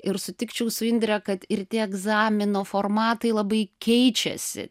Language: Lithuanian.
ir sutikčiau su indre kad ir tie egzamino formatai labai keičiasi